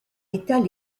état